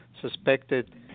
suspected